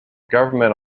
government